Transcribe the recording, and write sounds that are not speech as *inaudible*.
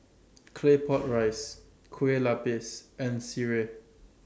Claypot *noise* Rice Kueh Lupis and Sireh